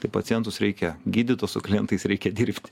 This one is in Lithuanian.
tai pacientus reikia gydyt o su klientais reikia dirbti